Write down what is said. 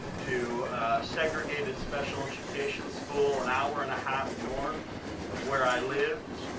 to a segregated special education school an hour and a half north of where i lived.